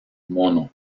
mono